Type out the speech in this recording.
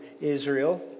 Israel